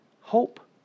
Hope